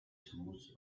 truth